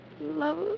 love